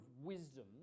wisdom